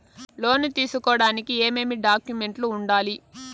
లోను తీసుకోడానికి ఏమేమి డాక్యుమెంట్లు ఉండాలి